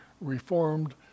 Reformed